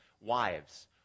Wives